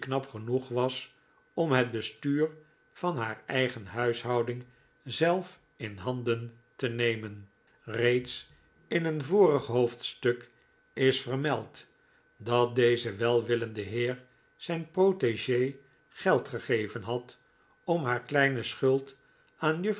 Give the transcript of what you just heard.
knap genoeg was om het bestuur van haar eigen huishouding zelf in handen te nemen reeds in een vorig hoofdstuk is vermeld dat deze welwillende heer zijn protegee geld gegeven had om haar kleine schuld aan